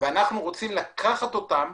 ואנחנו רוצים לקחת אותם